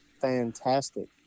fantastic